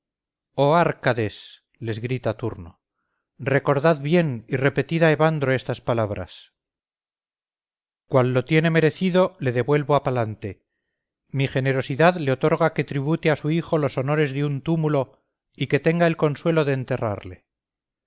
oh árcades les grita turno recordad bien y repetid a evandro estas palabras cual lo tiene merecido le devuelvo a palante mi generosidad le otorga que tribute a su hijo los honores de un túmulo y que tenga el consuelo de enterrarle